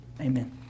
Amen